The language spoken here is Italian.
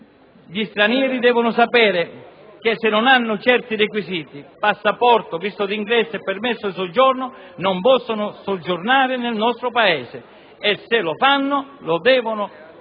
gli stranieri devono sapere che in mancanza di certi requisiti (passaporto, visto d'ingresso e permesso di soggiorno) non possono soggiornare nel nostro Paese. E se lo fanno, devono essere,